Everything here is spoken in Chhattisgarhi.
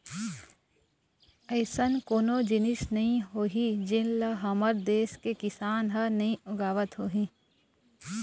अइसन कोनो जिनिस नइ होही जेन ल हमर देस के किसान ह नइ उगावत होही